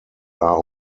are